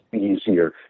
easier